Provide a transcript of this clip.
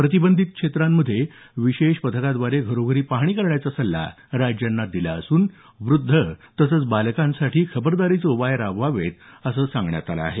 प्रतिबंधित क्षेत्रांमधे विशेष पथकांद्वारे घरोघरी पाहणी करण्याचा सल्ला राज्यांना दिला असून वृद्ध तसंच बालकांसाठी खबरदारीचे उपाय राबवावेत असं सांगितलं आहे